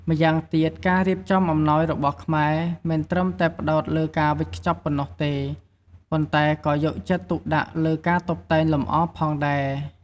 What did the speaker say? ម្យ៉ាងទៀត ការរៀបចំអំណោយរបស់ខ្មែរ មិនត្រឹមតែផ្តោតលើការវេចខ្ចប់ប៉ុណ្ណោះទេ ប៉ុន្តែក៏យកចិត្តទុកដាក់លើការតុបតែងលម្អផងដែរ។